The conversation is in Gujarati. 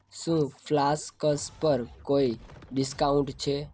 શું ફ્લાસ્ક્સ પર કોઈ ડિસ્કાઉન્ટ છે